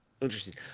Interesting